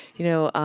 you know,